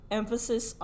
emphasis